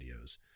videos